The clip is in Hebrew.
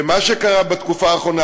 ומה שקרה בתקופה האחרונה,